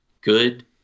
Good